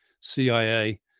CIA